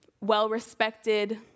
well-respected